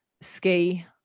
ski